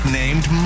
named